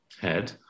head